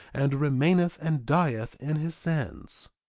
and remaineth and dieth in his sins,